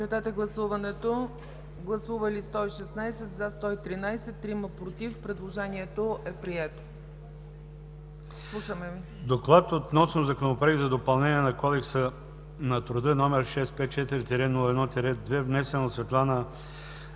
„Доклад относно Законопроект за допълнение на Кодекса на труда, № 654-01-2, внесен от Светлана